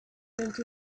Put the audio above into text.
into